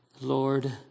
Lord